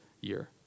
year